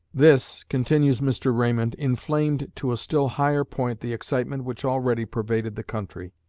this, continues mr. raymond, inflamed to a still higher point the excitement which already pervaded the country.